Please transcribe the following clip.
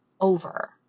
over